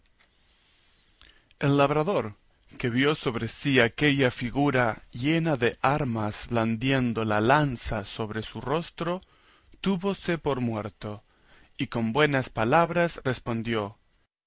el labrador que vio sobre sí aquella figura llena de armas blandiendo la lanza sobre su rostro túvose por muerto y con buenas palabras respondió